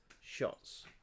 shots